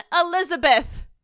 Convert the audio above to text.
Elizabeth